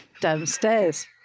downstairs